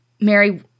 Mary